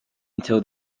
until